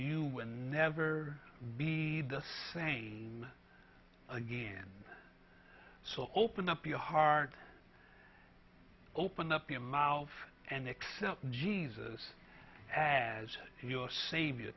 will never be the same again so open up your heart open up the a mouth and accept jesus as your savior